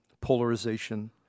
polarization